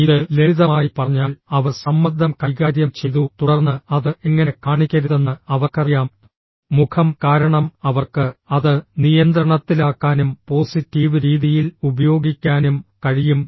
ഇത് ലളിതമായി പറഞ്ഞാൽ അവർ സമ്മർദ്ദം കൈകാര്യം ചെയ്തു തുടർന്ന് അത് എങ്ങനെ കാണിക്കരുതെന്ന് അവർക്കറിയാം മുഖം കാരണം അവർക്ക് അത് നിയന്ത്രണത്തിലാക്കാനും പോസിറ്റീവ് രീതിയിൽ ഉപയോഗിക്കാനും കഴിയും